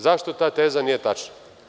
Zašto ta teza nije tačna?